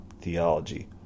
theology